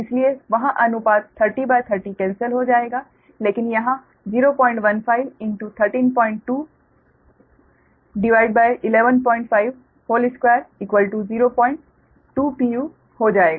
इसलिए वहाँ अनुपात 3030 कैन्सल हो जाएगा लेकिन यह 015132 115 202 pu हो जाएगा